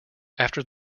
after